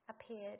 appeared